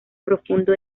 profundo